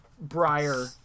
Briar